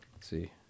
see